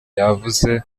yavuze